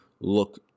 look